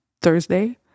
Thursday